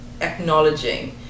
acknowledging